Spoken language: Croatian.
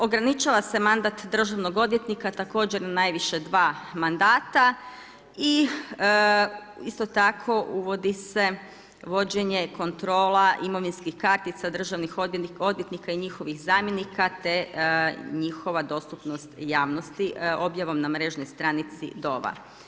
Ograničava se mandat državnog odvjetnika također na najviše dva mandata i isto tako uvodi se vođenje kontrola imovinskih kartica državnih odvjetnika i njihovih zamjenika te njihova dostupnost javnosti objavom na mrežnoj stranici DOV-a.